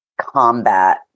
combat